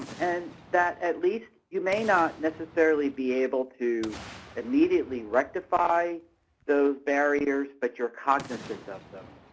and that at least you may not necessarily be able to immediately rectify those barriers, but you are cognizant of them.